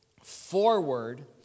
forward